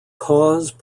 cause